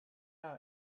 our